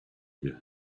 again